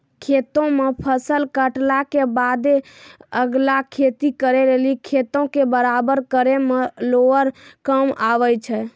खेतो मे फसल काटला के बादे अगला खेती करे लेली खेतो के बराबर करै मे रोलर काम आबै छै